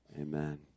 Amen